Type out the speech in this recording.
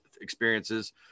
experiences